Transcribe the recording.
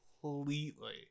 completely